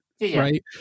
right